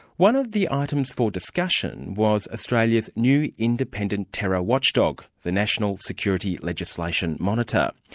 one of the items for discussion was australia's new independent terror watchdog, the national security legislation monitor.